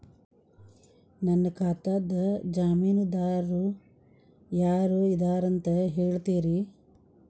ನನ್ನ ಖಾತಾದ್ದ ಜಾಮೇನದಾರು ಯಾರ ಇದಾರಂತ್ ಹೇಳ್ತೇರಿ?